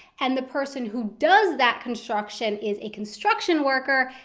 and the person who does that construction is a construction worker,